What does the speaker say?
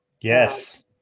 Yes